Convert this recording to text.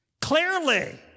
clearly